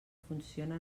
funciona